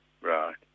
Right